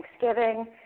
Thanksgiving